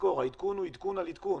לזכור שהעדכון הוא עדכון על עדכון.